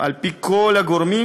על-פי כל הגורמים,